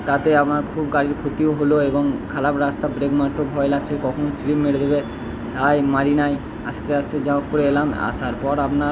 তাতে আমার খুব গাড়ির ক্ষতিও হলো এবং খারাপ রাস্তা ব্রেক মারতে ভয় লাগছে কখন স্লিপ মেরে দেবে তাই মারি নাই আস্তে আস্তে যা হোক করে এলাম আসার পর আপনার